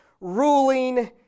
ruling